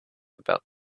about